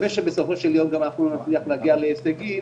שבסופו של יום אנחנו גם נצליח להגיע לכמה שיותר הישגים